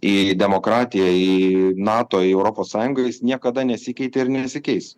į demokratiją į nato į europos sąjungos jis niekada nesikeitė ir nesikeis